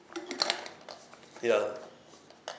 ya